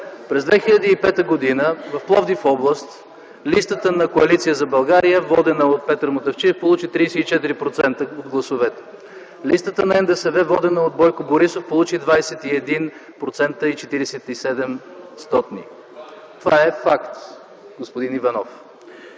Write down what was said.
През 2005 г. в Пловдив-област листата на Коалиция за България, водена от Петър Мутафчиев, получи 34% от гласовете. Листата на НДСВ, водена от Бойко Борисов, получи 21,47%. Това е факт, господин Иванов.